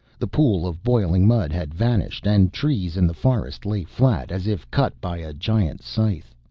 the pool of boiling mud had vanished and trees in the forest lay flat, as if cut by a giant scythe.